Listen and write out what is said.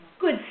good